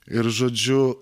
ir žodžiu